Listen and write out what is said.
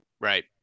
Right